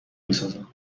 میسازم